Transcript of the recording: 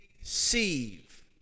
receive